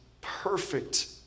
perfect